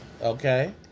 Okay